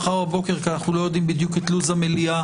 מחר בבוקר כי אנחנו לא יודעים בדיוק את לו"ז המליאה,